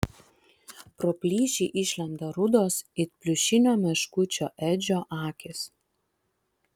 pro plyšį išlenda rudos it pliušinio meškučio edžio akys